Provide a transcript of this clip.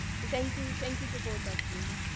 so thank you thank you to both of you.